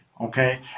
Okay